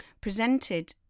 presented